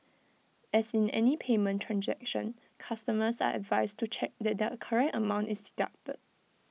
as in any payment transaction customers are advised to check that the correct amount is deducted